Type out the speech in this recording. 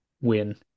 win